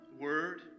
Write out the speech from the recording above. word